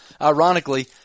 Ironically